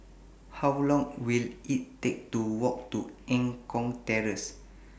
How Long Will IT Take to Walk to Eng Kong Terrace